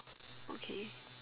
okay